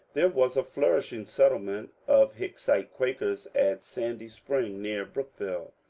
there was a flourishing settlement of hicksite quakers at sandy spring, near brookville,